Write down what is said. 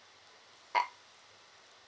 e~